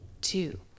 two